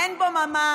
אין בו ממש.